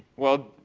well,